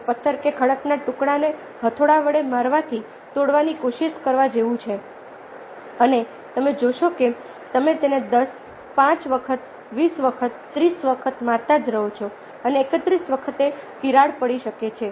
તે પથ્થર કે ખડકના ટુકડાને હથોડા વડે મારવાથી તોડવાની કોશિશ કરવા જેવું છે અને તમે જોશો કે તમે તેને 10 5 વખત 20 વખત 30 વખત મારતા જ રહો છો 31 વખત તિરાડ પડી શકે છે